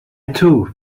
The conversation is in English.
too